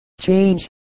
change